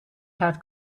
had